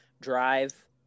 Drive